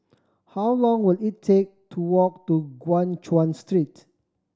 how long will it take to walk to Guan Chuan Street